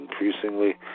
increasingly